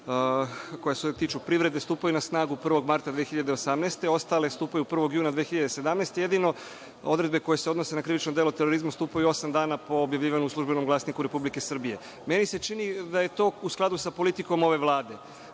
koja se tiču privrede, stupaju na snagu 1. marta 2018. godine, ostale stupaju 1. juna 2017. godine, jedino odredbe koje se odnose na krivično delo terorizma stupaju osam dana po objavljivanju u „Službenom glasniku RS“?Meni se čini da je to u skladu sa politikom ove Vlade.